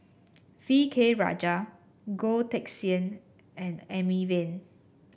V K Rajah Goh Teck Sian and Amy Van